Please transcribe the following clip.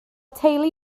teulu